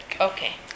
Okay